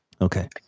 Okay